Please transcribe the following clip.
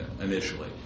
initially